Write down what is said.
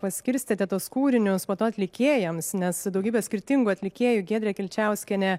paskirstėte tuos kūrinius po to atlikėjams nes daugybė skirtingų atlikėjų giedrė kilčiauskienė